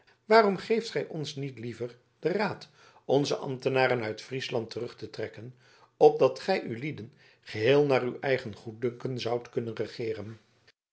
waarom geeft gij ons niet liever den raad onze ambtenaren uit friesland terug te trekken opdat gij ulieden geheel naar uw eigen goeddunken zoudt kunnen regeeren